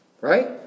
Right